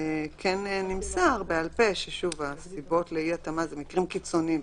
כן נמסר בעל פה שהסיבות לאי- התאמה זה מקרים קיצוניים.